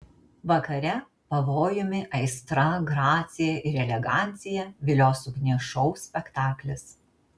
vakare pavojumi aistra gracija ir elegancija vilios ugnies šou spektaklis